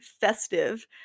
festive